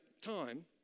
time